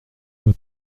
sois